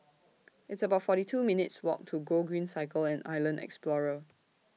It's about forty two minutes' Walk to Gogreen Cycle and Island Explorer